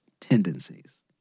tendencies